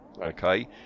Okay